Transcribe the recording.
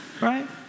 Right